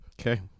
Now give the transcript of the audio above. Okay